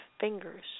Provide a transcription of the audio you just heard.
fingers